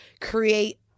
Create